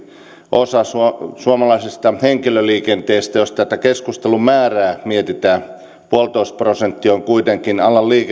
osa suomalaisesta henkilöliikenteestä jos tätä keskustelun määrää mietitään yksi pilkku viisi prosenttia on kuitenkin alan